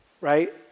right